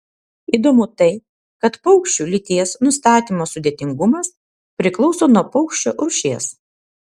įdomu tai kad paukščių lyties nustatymo sudėtingumas priklauso nuo paukščio rūšies